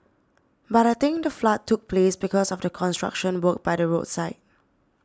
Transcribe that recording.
but I think the flood took place because of the construction work by the roadside